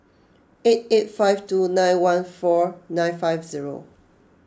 eight eight five two nine one four nine five zero